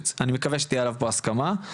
שאני מקווה שתהיה עליו פה הסכמה.